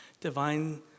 Divine